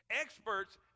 Experts